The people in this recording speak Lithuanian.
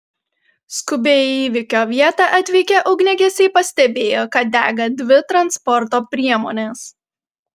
skubiai į įvykio vietą atvykę ugniagesiai pastebėjo kad dega dvi transporto priemonės